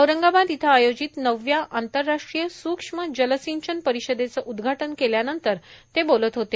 औरंगाबाद इथं आयोजित नवव्या आंतरराष्ट्रीय स्क्ष्म जलसिंचन परिषदेचं उद्घाटन केल्यानंतर ते बोलत होते